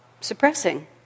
suppressing